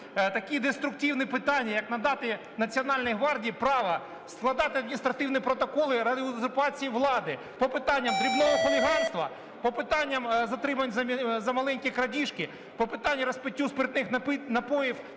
такі деструктивні питання, як надати Національної гвардії право складати адміністративні протоколи заради узурпації влади по питаннях дрібного хуліганства, по питанням затримань за маленькі крадіжки, по питанню розпиття спиртних напоїв